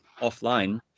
offline